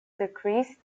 decreased